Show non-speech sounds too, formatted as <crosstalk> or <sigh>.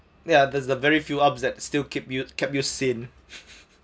ya there's the very few ups that still keep you kept you sin <laughs>